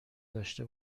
داشته